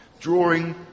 drawing